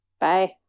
Bye